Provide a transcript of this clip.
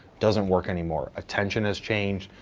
doesn't work anymore. attention has changed,